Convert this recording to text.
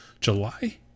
July